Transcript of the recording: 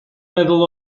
meddwl